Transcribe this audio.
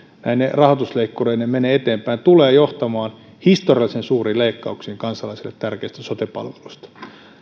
näine rahoitusleikkureineen menee eteenpäin tämä tulee johtamaan historiallisen suuriin leikkauksiin kansalaisille tärkeistä sote palveluista